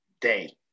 day